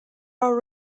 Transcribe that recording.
are